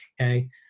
okay